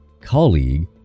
colleague